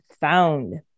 found